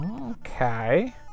Okay